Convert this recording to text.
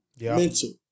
mental